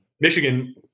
Michigan